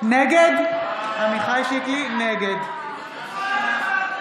עמיחי שיקלי, נגד חברת